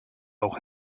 auch